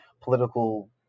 political